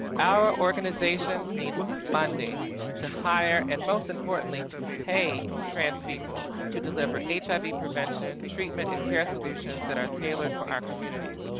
our organisations need funding to hire, and most importantly, to pay trans people to deliver hiv prevention, treatment and care solutions that are tailored for our community.